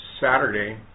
Saturday